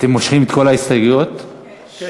אתם מושכים את כל ההסתייגויות שהוגשו?